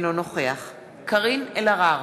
אינו נוכח קארין אלהרר,